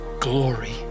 glory